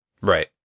right